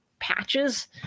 Patches